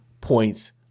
points